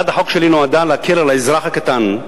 הצעת החוק שלי נועדה להקל על האזרח הקטן,